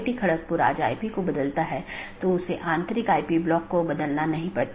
अगला राउटर 3 फिर AS3 AS2 AS1 और फिर आपके पास राउटर R1 है